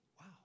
Wow